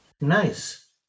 Nice